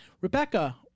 Rebecca